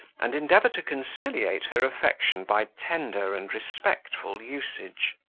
and endeavour to conciliate her affection by tender and respectful usage.